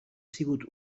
sigut